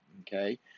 okay